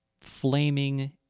flaming